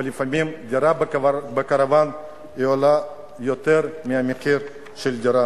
ולפעמים דירה בקרוון עולה יותר מדירה.